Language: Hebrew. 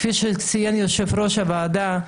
כפי שציין יושב-ראש הוועדה,